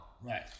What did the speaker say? Right